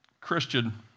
Christian